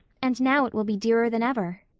and now it will be dearer than ever.